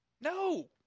No